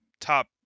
top